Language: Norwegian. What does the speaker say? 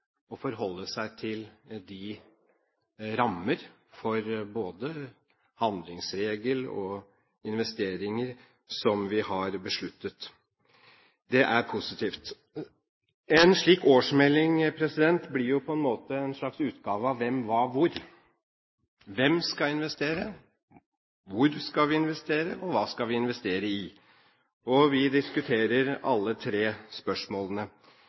å forholde seg til de rammer for både handlingsregel og investeringer som vi har besluttet. Det er positivt. En slik årsmelding blir jo på en måte en slags utgave av «Hvem Hva Hvor»: Hvem skal investere, hvor skal vi investere, og hva skal vi investere i? Vi diskuterer alle tre spørsmålene.